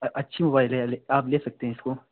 अच्छी मोबाईल है आप ले सकते हैं इसको